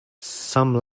some